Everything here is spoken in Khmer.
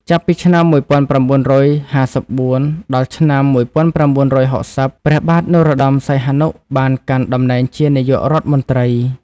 ចាប់ពីឆ្នាំ ១៩៥៤ ដល់ឆ្នាំ ១៩៦០ ព្រះបាទ នរោត្តម សីហនុ បានកាន់តំណែងជានាយករដ្ឋមន្ត្រី។